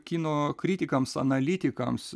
kino kritikams analitikams